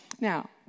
Now